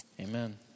Amen